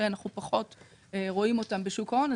שנחנו פחות רואים אותם בשוק ההון,